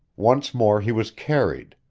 once more he was carried,